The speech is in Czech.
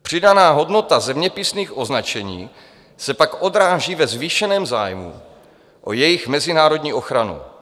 Přidaná hodnota zeměpisných označení se pak odráží ve zvýšeném zájmu o jejich mezinárodní ochranu.